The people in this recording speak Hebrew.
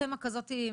תמה כזאת מטורפת.